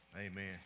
Amen